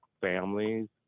families